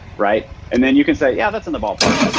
right? and then you can say, yeah, that's in the ballpark.